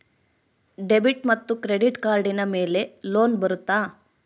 Debit ಮತ್ತು credit ಕಾರ್ಡಿನ ಮೇಲೆ ಲೋನ್ ಬರುತ್ತಾ?